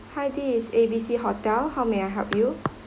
hi this is A_B_C hotel how may I help you